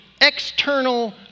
external